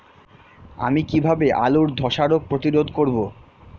আমি কিভাবে আলুর ধ্বসা রোগ প্রতিরোধ করব?